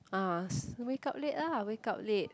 ah s~ you wake up late ah wake up late